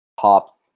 top